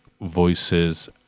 voices